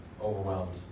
overwhelmed